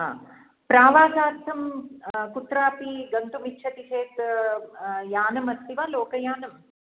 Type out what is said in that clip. आ प्रावासार्थं कुत्रापि गन्तुम् इच्छति चेत् यानमस्ति वा लोकयानम्